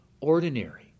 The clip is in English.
ordinary